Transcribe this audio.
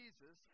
Jesus